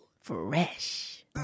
Fresh